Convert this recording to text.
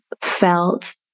felt